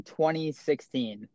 2016